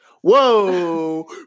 Whoa